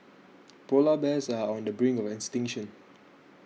Polar Bears are on the brink of extinction